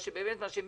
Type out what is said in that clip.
מה עם